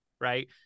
Right